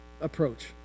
approach